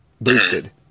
boosted